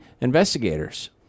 investigators